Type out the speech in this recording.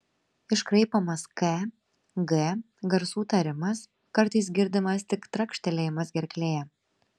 iškraipomas k g garsų tarimas kartais girdimas tik trakštelėjimas gerklėje